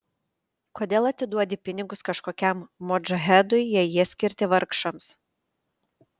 kodėl atiduodi pinigus kažkokiam modžahedui jei jie skirti vargšams